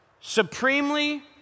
supremely